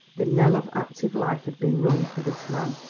the knell of active life had been rung for this man.